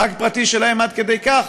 חג פרטי שלהם עד כדי כך